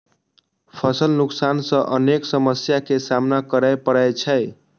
फसल नुकसान सं अनेक समस्या के सामना करै पड़ै छै